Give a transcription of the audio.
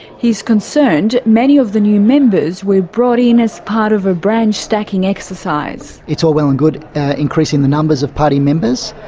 he's concerned many of the new members were brought in as part of a branch stacking exercise. it's all well and good increasing the numbers of party members,